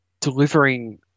delivering